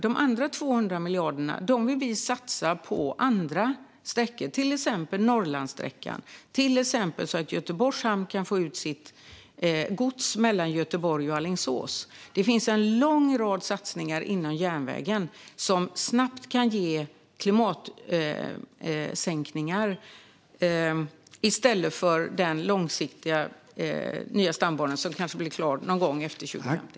De andra 200 miljarderna vill vi satsa på andra sträckor, till exempel Norrlandssträckan och sträckan mellan Göteborg och Alingsås, så att Göteborgs hamn kan få ut sitt gods. Det finns en lång rad satsningar inom järnvägen som snabbt kan ge klimatsänkningar i stället för den långsiktiga nya stambanan, som kanske blir klar någon gång efter 2050.